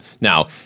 Now